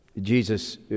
Jesus